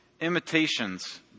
imitations